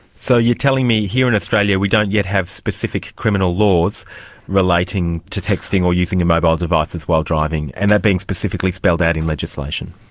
so you're telling me here in australia we don't yet have specific criminal laws relating to texting or using mobile devices while driving and that being specifically spelled out in legislation?